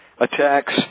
attacks